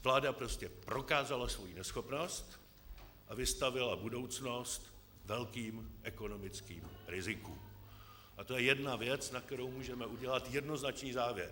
Vláda prostě prokázala svou neschopnost a vystavila budoucnost velkým ekonomickým rizikům, a to je jedna věc, na kterou můžeme udělat jednoznačný závěr.